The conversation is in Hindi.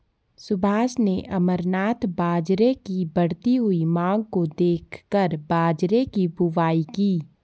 सुभाष ने अमरनाथ बाजरे की बढ़ती हुई मांग को देखकर बाजरे की बुवाई की